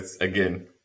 again